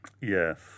Yes